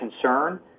concern